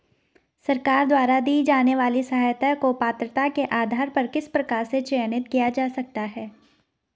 सरकार द्वारा दी जाने वाली सहायता को पात्रता के आधार पर किस प्रकार से चयनित किया जा सकता है?